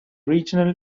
regional